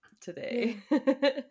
today